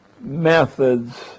methods